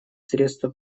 средство